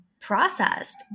processed